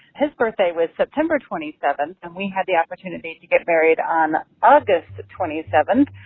his birthday was september twenty seven, and we had the opportunity to get married on august twenty seven.